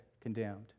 condemned